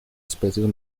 especies